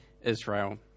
Israel